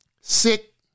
Sick